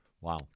Wow